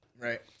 Right